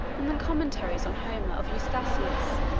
and the commentaries on homer of eustathius,